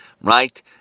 right